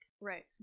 Right